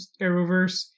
arrowverse